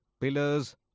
pillars